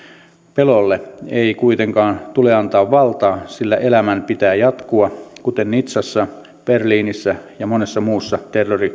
pelolle ei kuitenkaan tule antaa valtaa sillä elämän pitää jatkua kuten nizzassa berliinissä ja monessa muussa